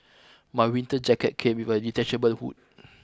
my winter jacket came with a detachable hood